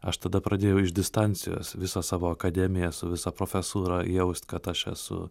aš tada pradėjau iš distancijos visą savo akademiją su visa profesūra jaust kad aš esu